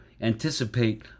Anticipate